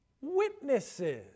witnesses